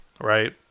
right